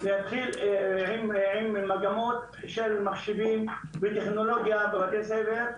להתחיל עם מגמות של מחשבים וטכנולוגיה בבתי ספר,